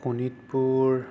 Sonitpur